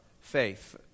faith